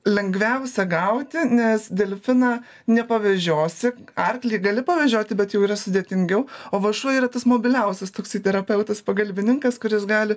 lengviausia gauti nes delfiną nepavežiosi arklį gali pavežioti bet jau yra sudėtingiau o va šuo yra tas mobiliausias toksai terapeutas pagalbininkas kuris gali